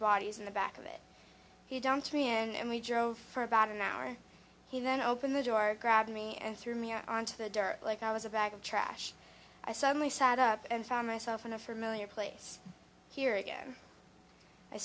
bodies in the back of it he dumped me and we drove for about an hour he then opened the door grabbed me and threw me out onto the dirt like i was a bag of trash i suddenly sat up and found myself in a familiar place here again i